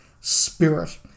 spirit